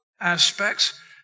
aspects